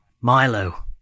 Milo